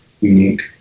unique